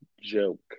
Joke